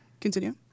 continue